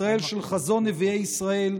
של חזון נביאי ישראל,